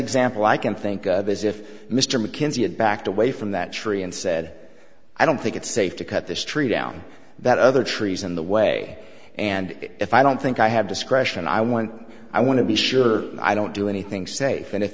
example i can think of is if mr mckenzie had backed away from that tree and said i don't think it's safe to cut this tree down that other trees in the way and if i don't think i have discretion i want i want to be sure i don't do anything safe and if